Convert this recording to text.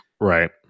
right